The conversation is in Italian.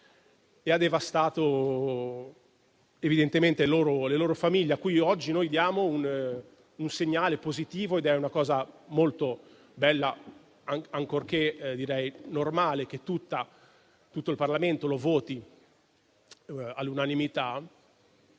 e ha devastato le loro famiglie, cui oggi noi diamo un segnale positivo. È una cosa molto bella, ancorché normale, che il Parlamento voti all'unanimità.